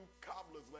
cobblers